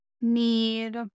need